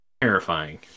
terrifying